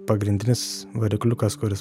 pagrindinis varikliukas kuris